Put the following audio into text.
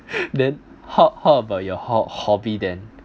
then how how about your hob~ hobby then